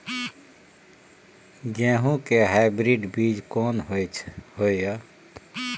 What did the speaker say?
गेहूं के हाइब्रिड बीज कोन होय है?